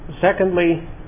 secondly